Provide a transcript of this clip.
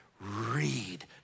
read